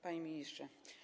Panie Ministrze!